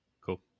Cool